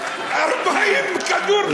40 כדור פלאפל,